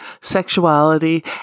sexuality